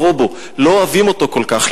"ורֹבו" לא אוהבים אותו כל כך.